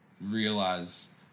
realize